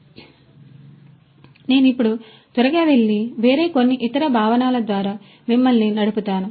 కాబట్టి నేను ఇప్పుడు త్వరగా వెళ్లి వేరే కొన్ని ఇతర భావనల ద్వారా మిమ్మల్ని నడుపుతాను